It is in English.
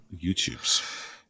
YouTubes